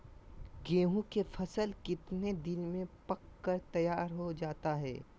गेंहू के फसल कितने दिन में पक कर तैयार हो जाता है